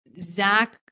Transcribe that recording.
Zach